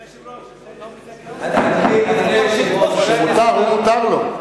אדוני היושב-ראש, כשמותר, מותר לו,